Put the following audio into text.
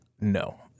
no